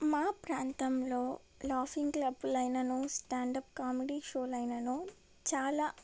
మా ప్రాంతంలో లాఫింగ్ క్లబ్బులు లైనను స్టాండ్ అప్ కామెడీ షోలు అయినను చాలా